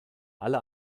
alle